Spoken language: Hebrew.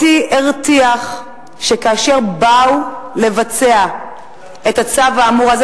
אותי הרתיח שכאשר באו לבצע את הצו האמור הזה,